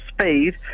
speed